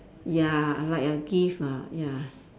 ya like a gift ah ya